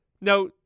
Now